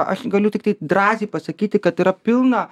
aš galiu tiktai drąsiai pasakyti kad yra pilna